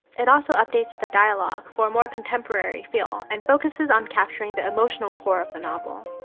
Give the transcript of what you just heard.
it also updates the dialogue for a more contemporary feel and focuses on capturing the emotional core of the novel.